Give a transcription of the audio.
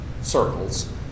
circles